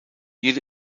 jede